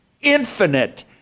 infinite